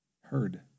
heard